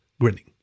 grinning